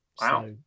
Wow